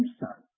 son